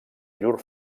llur